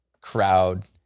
crowd